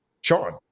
sean